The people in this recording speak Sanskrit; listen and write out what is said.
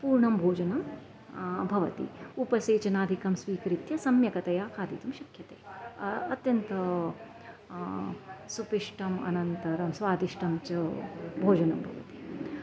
पूर्णं भोजनं भवति उपसेचनादिकं स्वीकृत्य सम्यक्तया खादितुं शक्यते अत्यन्तं सुपिष्टम् अनन्तरं स्वादिष्टं च भोजनं भवति